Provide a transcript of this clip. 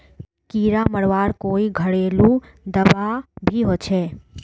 कीड़ा मरवार कोई घरेलू दाबा भी होचए?